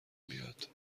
بیاد